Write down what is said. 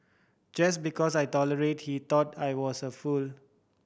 just because I tolerated he thought I was a fool